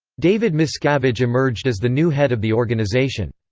david miscavige emerged as the new head of the organization.